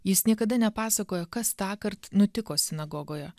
jis niekada nepasakojo kas tąkart nutiko sinagogoje